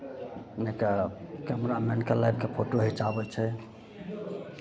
नही तऽ कैमरामैनकेँ लाबि कऽ फोटो घिचाबै छै